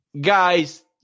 guys